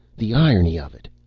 the irony of it!